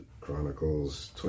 Chronicles